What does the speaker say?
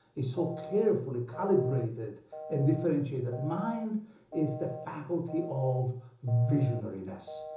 he's so carefully calibrated and differentiated mind is the faculty of visionariness.